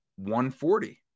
140